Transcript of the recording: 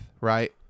right